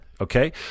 Okay